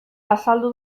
azaldu